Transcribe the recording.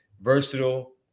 versatile